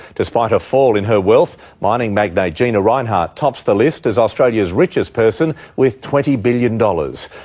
despite a fall in her wealth, mining magnate gina rinehart tops the list as australia's richest person with twenty billion dollars.